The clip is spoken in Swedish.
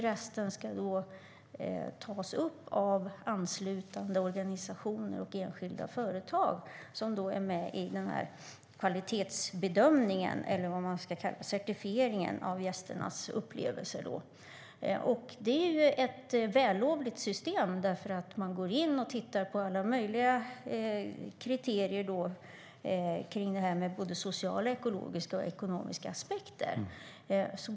Resten ska då tas upp av anslutande organisationer och enskilda företag, som är med i den här certifieringen av gästernas upplevelser. Det är ett vällovligt system, för man går in och tittar på alla möjliga kriterier kring detta med sociala, ekologiska och ekonomiska aspekter.